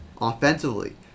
Offensively